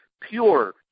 pure